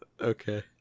Okay